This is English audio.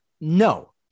No